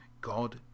God